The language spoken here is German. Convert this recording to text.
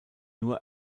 nur